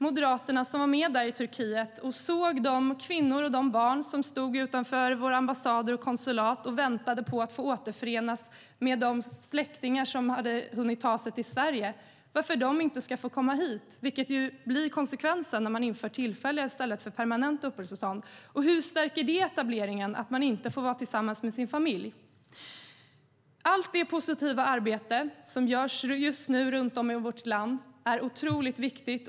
Moderaterna som var med i Turkiet såg de kvinnor och barn som stod utanför vår ambassad och vårt konsulat och väntade på att få återförenas med de släktingar som hade tagit sig till Sverige. Varför ska de inte få komma hit? Det blir konsekvensen när tillfälliga i stället för permanenta uppehållstillstånd införs. Hur stärker det etableringen att inte få vara tillsammans med sin familj? Allt det positiva arbete som görs just nu runt om i vårt land är otroligt viktigt.